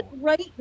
right